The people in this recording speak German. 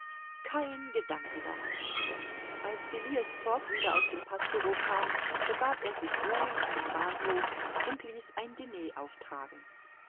kein gedanke daran als phileas fogg wieder aus dem paßbureau kam begab er sich ruhig zum bahnhof und ließ ein diner auftragen